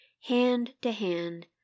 hand-to-hand